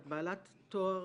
את בעלת תואר